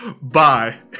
Bye